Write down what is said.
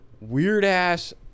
weird-ass